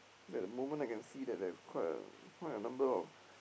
is that moment I can see that there's quite a quite a number of